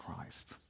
Christ